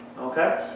Okay